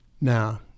Now